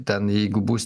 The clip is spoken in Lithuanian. ten jeigu bus